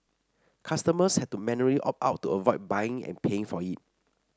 customers had to manually opt out to avoid buying and paying for it